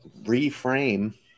reframe